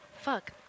Fuck